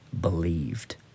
believed